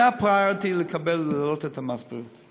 זה ה-priority להעלות את מס הבריאות.